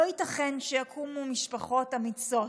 לא ייתכן שיקומו משפחות אמיצות,